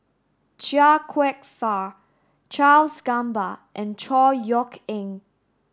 Chia Kwek Fah Charles Gamba and Chor Yeok Eng